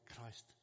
Christ